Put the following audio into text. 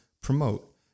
promote